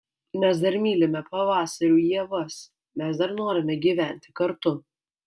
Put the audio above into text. mes dar mylime pavasarių ievas mes dar norime gyventi kartu